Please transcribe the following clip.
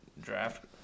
draft